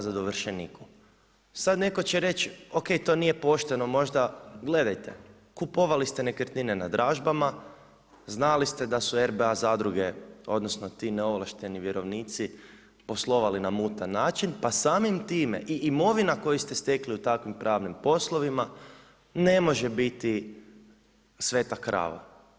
Sada neko će reći ok to nije pošteno možda gledajte, kupovali ste nekretnine na dražbama znali ste da su RBA zadruge odnosno ti neovlašteni vjerovnici poslovali na mutan način pa samim time i imovina koju ste stekli u takvim pravnim poslovima ne može biti sveta krava.